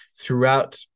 throughout